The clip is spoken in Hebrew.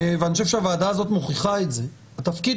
ואני חושב שהוועדה הזאת מוכיחה את זה התפקיד